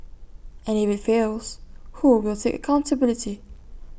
and if IT fails who will take accountability